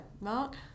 Mark